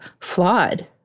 flawed